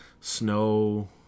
snow